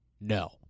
No